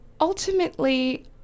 Ultimately